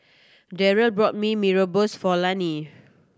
Darryll bought Mee Rebus for Lani